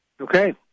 okay